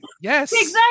Yes